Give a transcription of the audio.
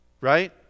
right